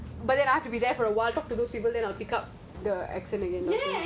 but then I have to be there for a while talk to those people then I'll pick up the accent already